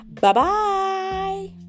Bye-bye